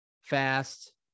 Fast